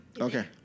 Okay